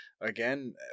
again